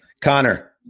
Connor